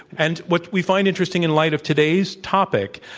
and what we find interesting in light of today's topic,